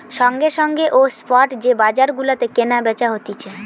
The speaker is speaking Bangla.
সঙ্গে সঙ্গে ও স্পট যে বাজার গুলাতে কেনা বেচা হতিছে